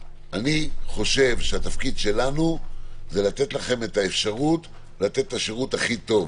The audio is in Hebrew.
אני חושב שהתפקיד שלנו זה לתת לכם את האפשרות לתת את השירות הכי טוב.